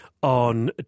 On